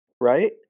Right